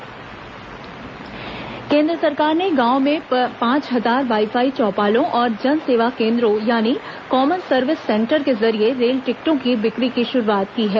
जन सेवा केन्द्र केन्द्र सरकार ने गांवों में पांच हजार वाई फाई चौपालों और जन सेवा केन्द्रों यानी कॉमन सर्विस सेन्टर के जरिए रेल टिकटों की बिक्री की शुरूआत की है